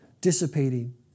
dissipating